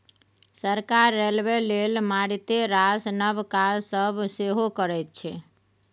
सरकार रेलबे लेल मारिते रास नब काज सब सेहो करैत छै